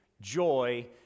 joy